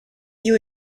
you